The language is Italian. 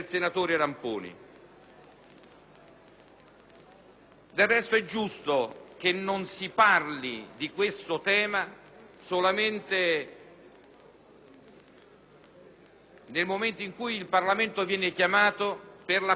Ramponi. È giusto che non si parli di questo tema solamente nel momento in cui il Parlamento viene chiamato alla conversione del decreto.